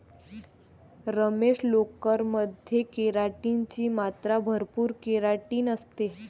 रमेश, लोकर मध्ये केराटिन ची मात्रा भरपूर केराटिन असते